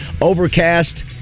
overcast